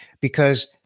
because-